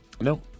No